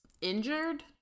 injured